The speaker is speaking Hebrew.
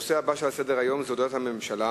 הנושא הבא על סדר-היום הוא הודעת הממשלה.